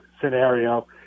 scenario